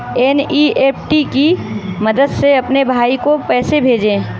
NEFT की मदद से अपने भाई को पैसे भेजें